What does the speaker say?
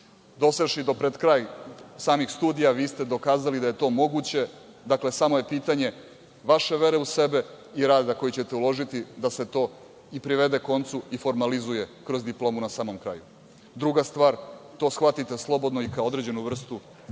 moguće… do pred kraj samih studija vi ste dokazali da je to moguće. Dakle, samo je pitanje vaše vere u sebe i rada koji ćete uložiti da se to i privede koncu i formalizuje kroz diplomu na samom kraju. Druga stvar, to shvatite slobodno i kao određenu vrstu